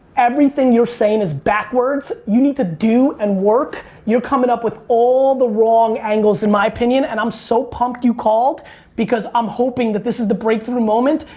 everything you're saying is backwards. you need to do and work. you're coming up with all the wrong angles in my opinion and i'm so pumped you called because i'm hoping that this is the breakthrough moment.